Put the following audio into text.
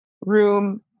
room